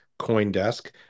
CoinDesk